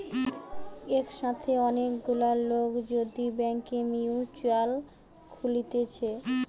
একসাথে অনেক গুলা লোক যদি ব্যাংকে মিউচুয়াল খুলতিছে